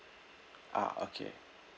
ah okay